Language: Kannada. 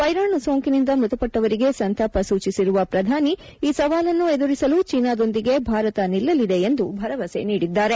ವೈರಾಣು ಸೋಂಕಿನಿಂದಾಗಿ ಮೃತಪಟ್ಲವರಿಗೆ ಸಂತಾಪ ಸೂಚಿಸಿರುವ ಪ್ರಧಾನಿ ಈ ಸವಾಲನ್ನು ಎದುರಿಸಲು ಚೀನಾದೊಂದಿಗೆ ಭಾರತ ನಿಲ್ಲಲಿದೆ ಎಂದು ಭರವಸೆ ನೀಡಿದ್ದಾರೆ